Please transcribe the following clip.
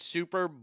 Super